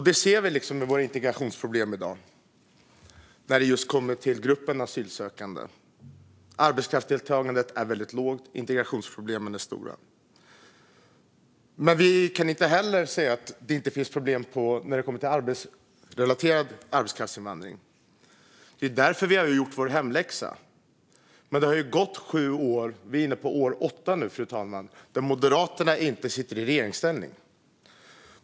Det ser vi gällande dagens integrationsproblem när det kommer just till gruppen asylsökande. Arbetskraftsdeltagandet är väldigt lågt. Integrationsproblemen är stora. Vi kan inte heller säga att det inte finns problem när det kommer till arbetsrelaterad invandring. Det är därför vi har gjort vår hemläxa. Men det har gått sju år. Vi är inne på åttonde året då Moderaterna inte sitter i regeringsställning.